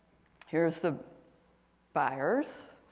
here's the buyers